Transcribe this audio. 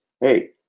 Hey